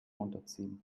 unterziehen